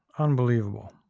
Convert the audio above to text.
unbelievable.